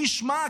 מי ישמע,